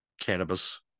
cannabis